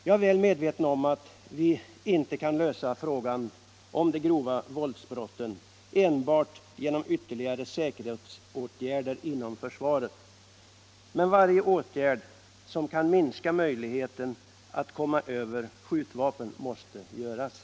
Jag är väl medveten om att vi inte kan lösa frågan om de grova våldsbrotten enbart genom ytterligare säkerhetsåtgärder inom försvaret, men varje åtgärd som kan minska möjligheten att komma över skjutvapen måste vidtagas.